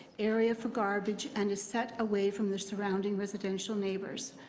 area for garbage, and is set away from the surrounding residential neighbours.